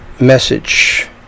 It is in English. message